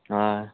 ꯑꯥ